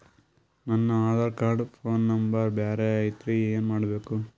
ನನ Aadhaar card phone number ಬ್ಯಾರೆ ಐತ್ರಿ ಏನ ಮಾಡಬೇಕು?